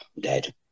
dead